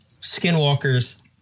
skinwalkers